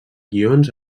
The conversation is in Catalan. guions